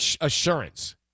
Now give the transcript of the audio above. assurance